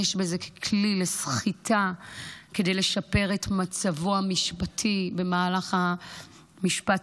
בזה ככלי לסחיטה כדי לשפר את מצבו המשפטי במהלך משפט